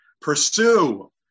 Pursue